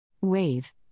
WAVE